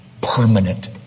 permanent